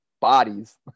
bodies